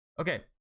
Okay